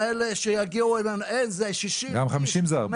גם 50 זה הרבה.